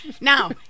Now